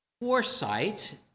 foresight